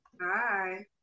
Hi